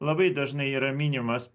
labai dažnai yra minimas